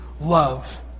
love